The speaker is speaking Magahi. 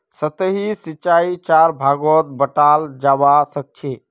सतही सिंचाईक चार भागत बंटाल जाबा सखछेक